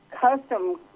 custom